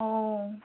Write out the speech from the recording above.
ও